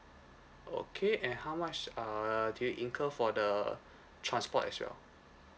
okay and how much uh did you incur for the transport as well